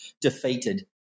defeated